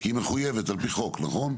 כי היא מחויבת על פי חוק, נכון?